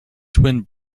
twin